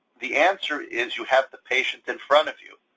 the answer is, you have the patient in front of you.